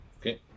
Okay